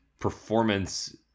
performance